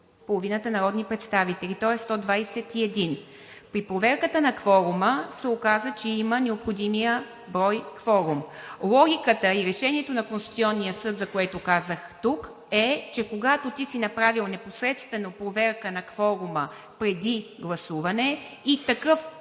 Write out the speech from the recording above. половината народни представители, тоест 121. При проверката на кворума се оказа, че има необходимият брой кворум. Логиката и решението на Конституционния съд, за което казах тук, е, че когато ти си направил непосредствено проверка на кворума преди гласуване и такъв кворум